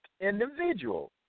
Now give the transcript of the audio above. individual